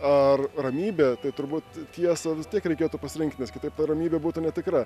ar ramybė tai turbūt tiesą vis tiek reikėtų pasirinkti nes kitaip ta ramybė būtų netikra